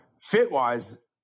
Fit-wise